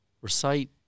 recite